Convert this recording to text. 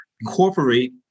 incorporate